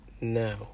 Now